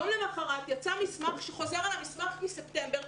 יום למוחרת יצא מסמך שחוזר על המסמך מספטמבר,